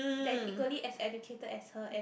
that's equally as educated as her and